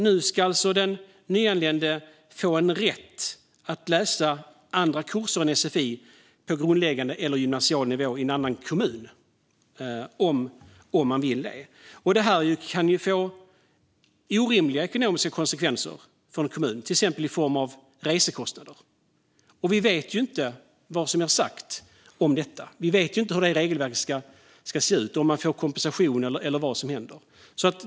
Nu ska den nyanlände få en rätt att läsa andra kurser än sfi på grundläggande eller gymnasial nivå i en annan kommun om man vill det. Det kan få orimliga ekonomiska konsekvenser för en kommun, till exempel i form av resekostnader. Vi vet inte vad som är sagt om detta. Vi vet inte hur det regelverket ska se ut, om man ska få kompensation eller vad som händer.